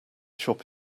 shop